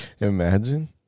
Imagine